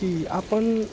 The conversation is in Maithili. की अपन